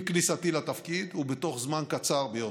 עם כניסתי לתפקיד, ובתוך זמן קצר ביותר,